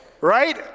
Right